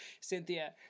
Cynthia